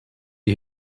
you